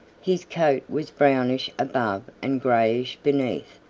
his coat was brownish above and grayish beneath,